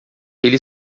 ele